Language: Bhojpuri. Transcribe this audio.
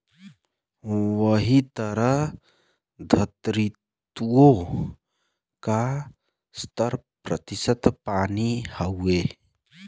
वही तरह द्धरतिओ का सत्तर प्रतिशत पानी हउए